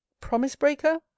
promise-breaker